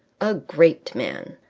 a great man.